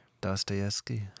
Dostoevsky